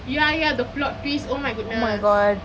ya ya the plot twist oh my goodness